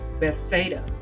Bethsaida